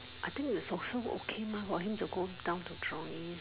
I think is also okay mah for him to go down to Jurong East